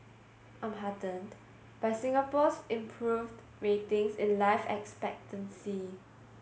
I'm heartened by Singapore's improved ratings in life expectancy